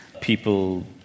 people